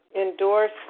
endorse